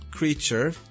creature